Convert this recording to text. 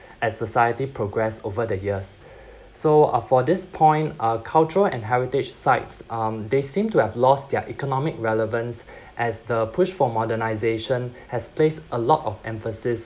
as society progress over the years so uh for this point uh cultural and heritage sites um they seem to have lost their economic relevance as the push for modernisation has placed a lot of emphasis